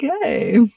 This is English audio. okay